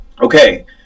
Okay